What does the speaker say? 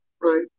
Right